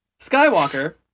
Skywalker